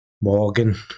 Morgan